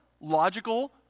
logical